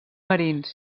marins